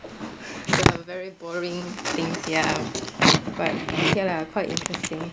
very boring things ya but ya lah quite interesting